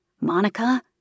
Monica